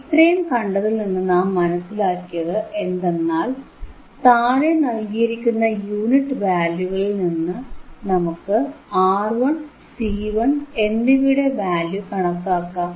ഇത്രയും കണ്ടതിൽനിന്ന് നാം മനസിലാക്കിയത് എന്തെന്നാൽ താഴെ നൽകിയിരിക്കുന്ന യൂണിറ്റ് വാല്യൂകളിൽനിന്ന് നമുക്ക് R1 C1 എന്നിവയുടെ വാല്യൂ കണക്കാക്കാം